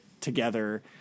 together